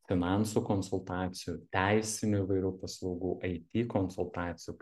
finansų konsultacijų teisinių įvairių paslaugų it konsultacijų